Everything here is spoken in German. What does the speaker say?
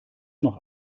noch